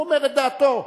הוא אומר את דעתו.